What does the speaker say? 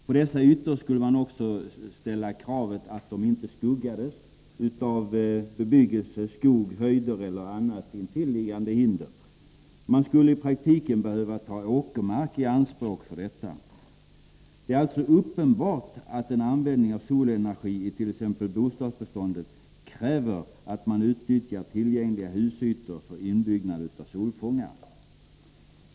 På dessa ytor måste man dessutom ställa kravet att de inte skuggas av bebyggelse, skog, höjder eller annat intilliggande hinder för solstrålningen. Man skulle i praktiken behöva ta i anspråk åkermark för detta. Det är alltså uppenbart att en användning av solenergi i t.ex. bostadsbeståndet kräver att man utnyttjar tillgängliga husytor för inbyggnad av solfångare.